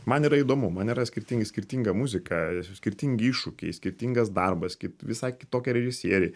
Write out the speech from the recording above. man yra įdomu man yra skirtingi skirtinga muzika skirtingi iššūkiai skirtingas darbas visai kitokie režisieriai